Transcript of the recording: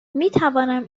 میتوانم